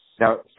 Now